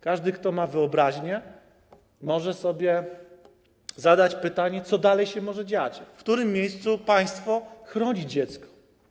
Każdy, kto ma wyobraźnię, może sobie zadać pytanie, co dalej się może dziać, w którym miejscu państwo chroni dziecko.